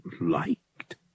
Liked